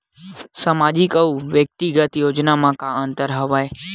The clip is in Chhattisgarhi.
सामाजिक अउ व्यक्तिगत योजना म का का अंतर हवय?